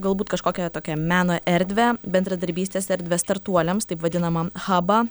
galbūt kažkokią tokią meno erdvę bendradarbystės erdvę startuoliams taip vadinamam haba